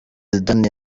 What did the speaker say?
zidane